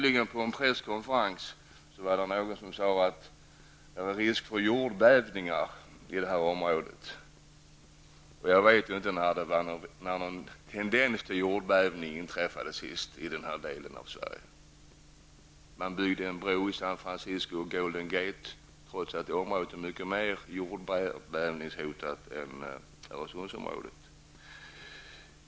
På en fredskonferens alldeles nyligen sade någon att det fanns en risk för jordbävningar i området. Jag vet inte när någon tendens till jordbävning inträffat senast i den här delen av Sverige. Det har byggts en bro i San Fransisco, Golden Gate, trots att det området är mer jordbävningshotat än Öresundsområdet.